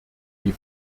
die